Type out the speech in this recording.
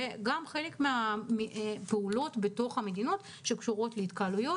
וגם במה שקשור להתקהלויות.